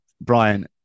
Brian